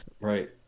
right